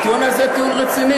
הטיעון הזה הוא טיעון רציני.